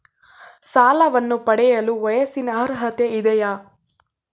ಸಾಲವನ್ನು ಪಡೆಯಲು ವಯಸ್ಸಿನ ಅರ್ಹತೆ ಇದೆಯಾ?